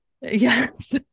Yes